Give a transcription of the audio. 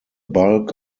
bulk